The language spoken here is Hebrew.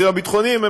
האסירים הביטחוניים,